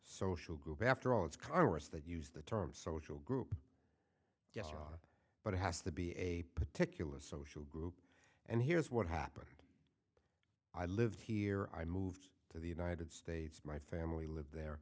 social group after all it's congress that use the term social group yes but it has to be a particular social group and here's what happened i live here i moved to the united states my family lived there